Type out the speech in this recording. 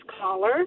caller